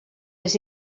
les